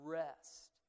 rest